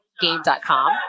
game.com